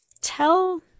Tell